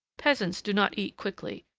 peasants do not eat quickly,